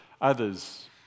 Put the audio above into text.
others